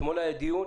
אתמול היה דיון,